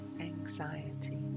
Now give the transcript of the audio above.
anxiety